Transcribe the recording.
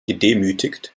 gedemütigt